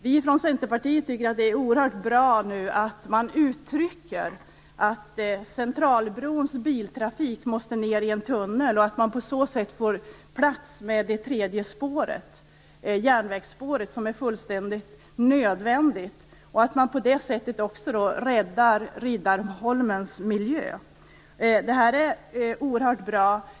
Vi från Centerpartiet tycker att det är oerhört bra att man uttrycker att Centralbrons biltrafik måste ned i en tunnel och att man på så sätt får plats med det tredje järnvägsspåret, som är fullständigt nödvändigt. På det sättet räddar man också Riddarholmens miljö. Det är oerhört bra.